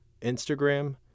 Instagram